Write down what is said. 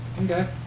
Okay